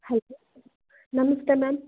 hello ನಮಸ್ತೆ ma'am